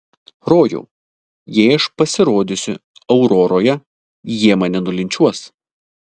rojau jei aš pasirodysiu auroroje jie mane nulinčiuos